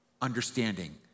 understanding